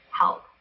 help